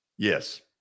Yes